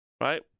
right